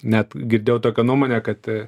net girdėjau tokią nuomonę kad